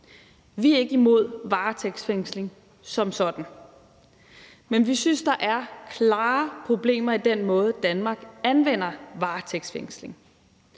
Vi er ikke imod varetægtsfængsling som sådan, men vi synes, der er klare problemer i den måde, Danmark anvender varetægtsfængsling